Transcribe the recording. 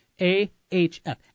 A-H-F